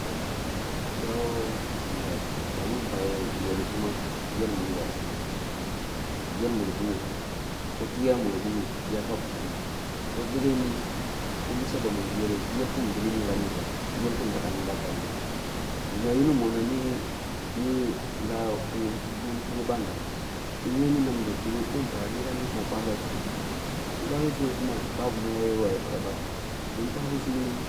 Toh su yawoh bai, bami bai yeri kuma yer mureh yashi, yer muroh bogho bohtegeh yi ah mure bogho boh iyaka bude boh righe mi, misa bami yereh, yīr ki bilim nyhinblami ba, yir ki ndagha nyhingla bandi ba, gima yuna monong ah mi mi laa kulung ni badagha tebe bi ndagha ntimgla ni foh baloh ya sukna, bi baloh sughe kuma beh gima ya wawi pegheba don bali sum mini